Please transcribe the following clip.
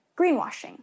greenwashing